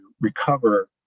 recover